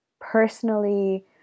personally